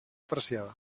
apreciada